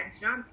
jump